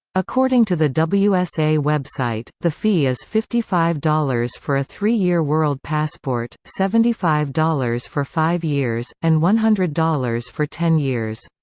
according to the wsa website, the fee is fifty five dollars for a three-year world passport, seventy five dollars for five years, and one hundred dollars for ten years.